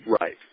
Right